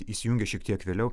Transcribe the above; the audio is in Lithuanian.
įsijungė šiek tiek vėliau